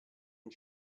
and